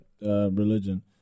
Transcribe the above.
religion